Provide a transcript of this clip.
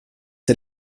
der